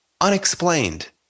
unexplained